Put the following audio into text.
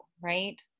right